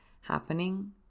happening